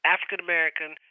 African-American